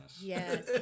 yes